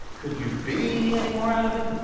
could you be any more out of it?